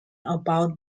about